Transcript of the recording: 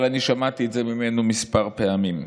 אבל אני שמעתי את זה ממנו כמה פעמים.